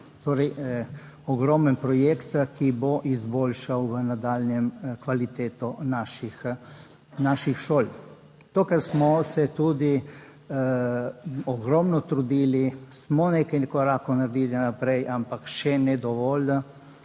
Torej, ogromen projekt, ki bo izboljšal v nadaljnjem kvaliteto naših šol. To kar smo se tudi ogromno, trudili smo, nekaj korakov naredili naprej, ampak še ne dovolj,